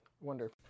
Wonder